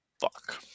Fuck